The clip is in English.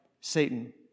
Satan